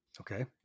Okay